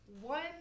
One